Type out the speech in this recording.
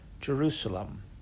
Jerusalem